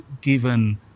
given